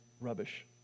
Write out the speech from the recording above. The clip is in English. Rubbish